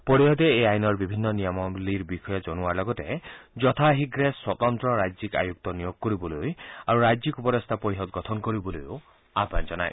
পৰিষদে এই আইনৰ বিভিন্ন নিয়মাৱলীৰ বিষয়ে জনোৱাৰ লগতে যথাশীঘে স্বতন্ত্ৰ ৰাজ্যিক আয়ুক্ত নিয়োগ কৰিবলৈ আৰু ৰাজ্যিক উপদেষ্টা পৰিষদ গঠন কৰিবলৈও আহান জনায়